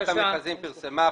ועדת המכרזים פרסמה,